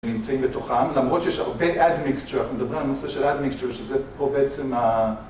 נמצאים בתוכם, למרות שיש הרבה Add Mixture, אנחנו מדברים על נושא של Add Mixture, שזה פה בעצם ה...